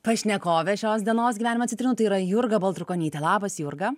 pašnekovę šios dienos gyvenimo citrinų tai yra jurga baltrukonytė labas jurga